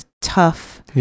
tough